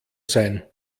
sein